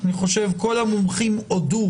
אני חושב כל המומחים הודו